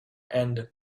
end